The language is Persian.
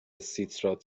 سیترات